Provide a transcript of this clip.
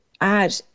add